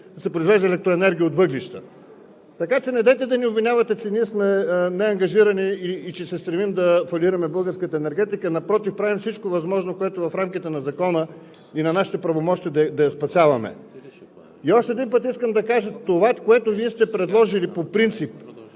се произвежда електроенергия от въглища. Така че недейте да ни обвинявате, че ние сме неангажирани и че се стремим да фалираме българската енергетика. Напротив – правим всичко възможно, което е в рамките на закона и на нашите правомощия, да я спасяваме. И още един път искам да кажа – това, което Вие сте предложили по принцип